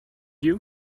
you